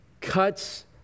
cuts